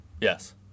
yes